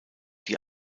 die